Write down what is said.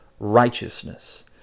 righteousness